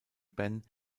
ben